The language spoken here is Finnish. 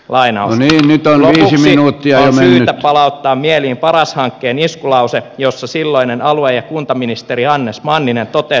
lain omiin tai näin sinut lopuksi on syytä palauttaa mieliin paras hankkeen iskulause jossa ilmeisesti silloinen alue ja kuntaministeri hannes manninen totesi